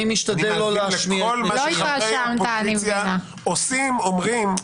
אני מאזין לכל מה שחברי אופוזיציה עושים, אומרים.